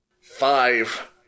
Five